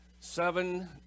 Seven